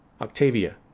Octavia